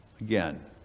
Again